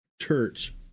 church